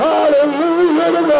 Hallelujah